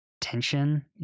tension